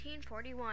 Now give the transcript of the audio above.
1941